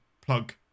plug